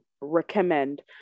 recommend